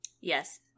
Yes